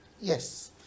Yes